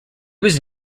was